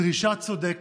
דרישה צודקת,